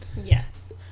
Yes